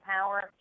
power